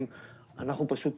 הרפורמה